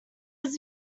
was